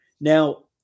Now